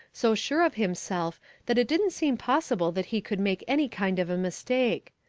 so sure of himself that it didn't seem possible that he could make any kind of a mistake.